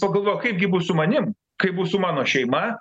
pagalvojo kaipgi bus su manim kaip bus su mano šeima